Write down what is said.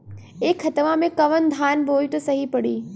ए खेतवा मे कवन धान बोइब त सही पड़ी?